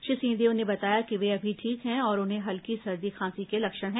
श्री सिंहदेव ने बताया कि वे अभी ठीक है और उन्हें हल्की सर्दी खांसी के लक्षण हैं